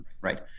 right